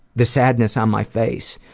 the sadness on my face.